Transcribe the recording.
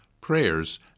prayers